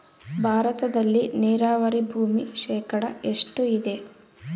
ಭಾರತದಲ್ಲಿ ನೇರಾವರಿ ಭೂಮಿ ಶೇಕಡ ಎಷ್ಟು ಇದೆ?